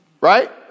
Right